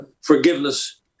forgiveness